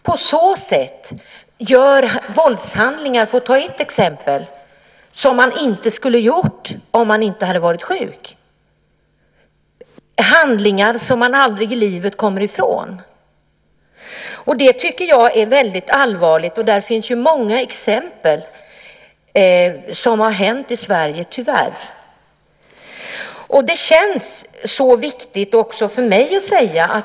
Då kanske vissa av dem begår våldshandlingar som de inte skulle ha begått om de inte hade varit sjuka. Dessa handlingar kommer man aldrig i livet ifrån. Det är väldigt allvarligt. Det finns tyvärr många exempel på sådana händelser som har inträffat i Sverige.